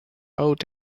out